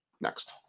Next